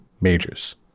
Majors